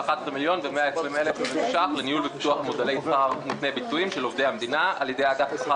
לעדכן ולשלם לעובדי המדינה מודלים שאנחנו